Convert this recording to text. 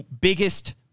Biggest